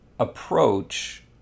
approach